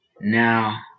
Now